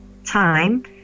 time